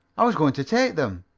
i was going to take them